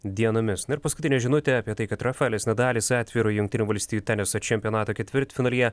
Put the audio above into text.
dienomis na ir paskutinė žinutė apie tai kad rafaelis nadalis atviro jungtinių valstijų teniso čempionato ketvirtfinalyje